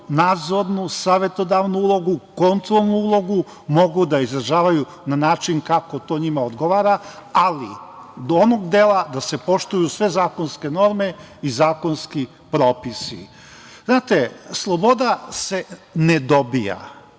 nadzornu, savetodavnu ulogu, kontrolnu ulogu mogu da izražavaju na način kako to njima odgovara, ali do onog dela da se poštuju sve zakonske norme i zakonski propisi. Znate, sloboda se ne dobija,